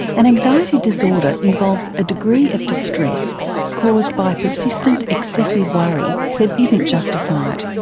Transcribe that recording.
an anxiety disorder involves a degree of distress caused by persistent excessive worry that isn't justified.